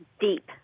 deep